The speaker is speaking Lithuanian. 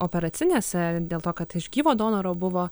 operacinėse dėl to kad iš gyvo donoro buvo